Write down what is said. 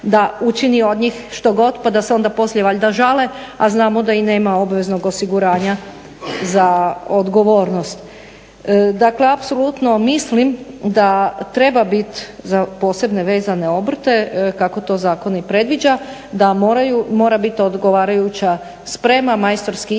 da učini od njih što god, pa da se onda poslije valjda žale, a znamo da i nema obveznog osiguranja za odgovornost. Dakle, apsolutno mislim da treba bit za posebne, vezane obrte kako to zakon i predviđa da mora bit odgovarajuća sprema, majstorski ispiti